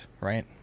right